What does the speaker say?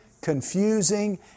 confusing